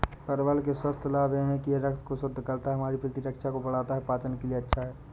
परवल के स्वास्थ्य लाभ यह हैं कि यह रक्त को शुद्ध करता है, हमारी प्रतिरक्षा को बढ़ाता है, पाचन के लिए अच्छा है